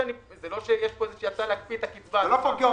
זה לא שיש פה איזו הצעה להקפיא את הקצבה ------ אוטומטית